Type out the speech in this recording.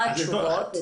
מה התשובות?